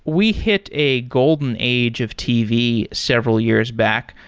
we hit a golden age of tv several years back.